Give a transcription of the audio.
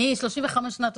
35 שנים בצבא.